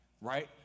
right